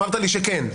ואמרת שכן.